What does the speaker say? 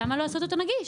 למה לא לעשות אותו נגיש?